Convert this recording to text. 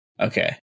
Okay